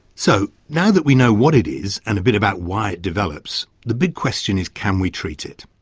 so now that we know what it is and a bit about why it develops, the big question is can we treat it?